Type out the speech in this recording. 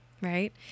Right